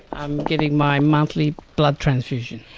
i'm getting my monthly blood transfusion.